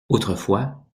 autrefois